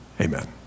amen